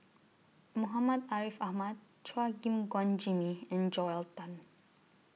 Muhammad Ariff Ahmad Chua Gim Guan Jimmy and Joel Tan